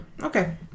Okay